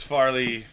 Farley